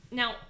now